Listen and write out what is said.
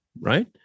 right